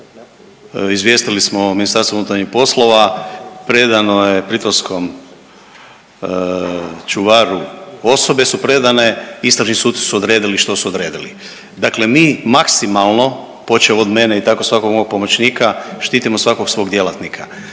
izvijestiti smo MUP, predano je pritvorskom čuvaru osobe su predane, istražni suci su odredili što su odredili. Dakle, mi maksimalno počev od mene i tako svakog mog pomoćnika štitimo svakog svog djelatnika.